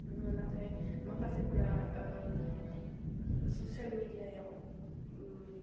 नाथाइ माखासेफोरा ससियेल मेदियायाव